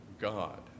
God